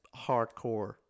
hardcore